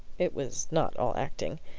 it was not all acting.